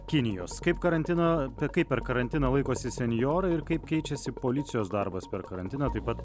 kinijos kaip karantino kaip per karantiną laikosi senjorai ir kaip keičiasi policijos darbas per karantiną taip pat